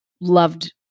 loved